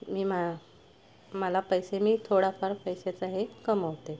मी मा मला पैसे मी थोडाफार पैसेचं हे कमवते